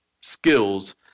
skills